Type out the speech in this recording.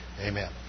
Amen